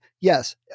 Yes